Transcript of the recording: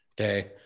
Okay